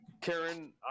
Karen